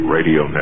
Radio